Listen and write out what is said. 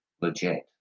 legit